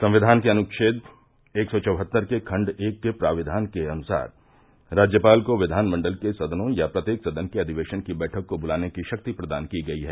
संविधान के अनुच्छेद एक सौ चौहत्तर के खंड एक के प्राविधान के अनुसार राज्यपाल को विधानमंडल के सदनों या प्रत्येक सदन के अधिवेशन की बैठक को बुलाने की शक्ति प्रदान की गई है